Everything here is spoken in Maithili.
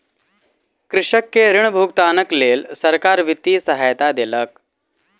कृषक के ऋण भुगतानक लेल सरकार वित्तीय सहायता देलक